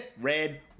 red